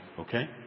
okay